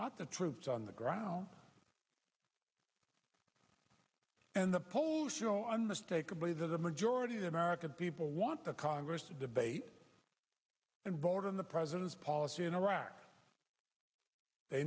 not the troops on the ground and the polls you know i'm mistaken believe that a majority of the american people want the congress to debate and vote on the president's policy in iraq they